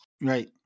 Right